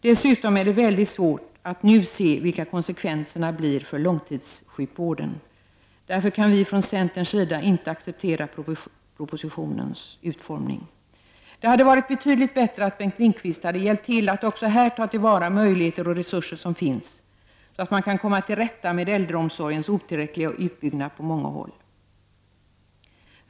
Dessutom är det väldigt svårt att nu se vilka konsekvenserna blir för långtidssjukvården. Därför kan vi från centerns sida inte acceptera propositionens utformning. Det hade varit betydligt bättre att Bengt Lindqvist hade hjälpt till att också här ta till vara de möjligheter och resurser som finns för att komma till rätta med äldreomsorgens otillräckliga utbyggnad på många håll.